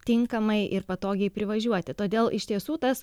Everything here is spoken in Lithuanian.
tinkamai ir patogiai privažiuoti todėl iš tiesų tas